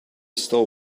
stole